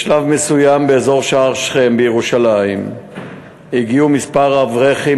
בשלב מסוים באזור שער שכם בירושלים הגיעו מספר אברכים